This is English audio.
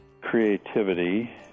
creativity